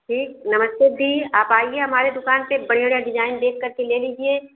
ठीक नमस्ते दी आप आइए हमारी दुकान पर बढ़िया बढ़िया डिजाईन देख करके ले लीजिए